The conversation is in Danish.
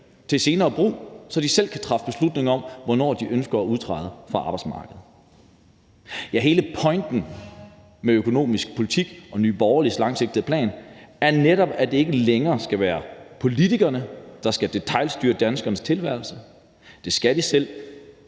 til senere brug, så de selv kan træffe beslutning om, hvornår de ønsker at udtræde fra arbejdsmarkedet. Ja, hele pointen med økonomisk politik og Nye Borgerliges langsigtede plan er netop, at det ikke længere skal være politikerne, der skal detailstyre danskernes tilværelse. Det skal de selv,